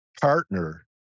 partner